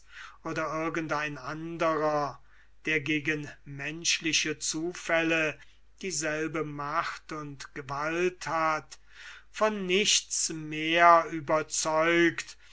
oder irgend ein anderer der gegen menschliche zufälle dieselbe macht und gewalt hat von nichts mehr überzeugt